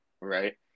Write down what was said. right